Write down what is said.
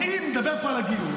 אני מדבר פה על הגיוס,